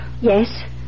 Yes